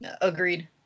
Agreed